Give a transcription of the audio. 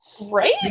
right